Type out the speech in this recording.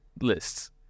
lists